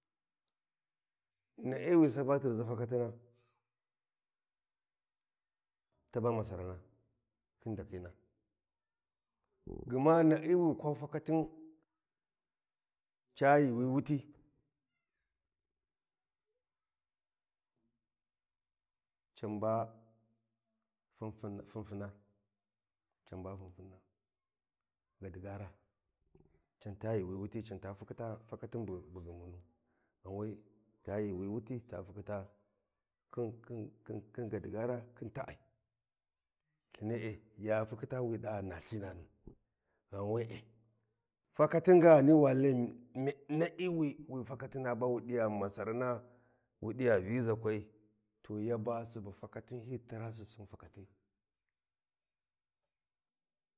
﻿Na’i wi sapa tirʒi fakatina taba masaran khin ndaƙhina, kuma na’i wi kwa fakatin ca yuuwi wuti, can ba funfun funfunna can ba funfuna gadigara can ta yuuwi wuti can ta fukhitaa fakatin bu ghmunu ghanwe ta yuuwi wuti ta fukhita’a khin gadigara khin ta'ai, thinie ya fukhita ei ɗa na lthinanu ghan we’e fakatin ga ghani wa Lai na’i we fakatina bawu pu masarana wu ɗi va Viʒakwai to yaba Subu fakatin hyi tiraa Subu fakatina.